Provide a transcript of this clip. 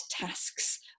tasks